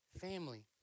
family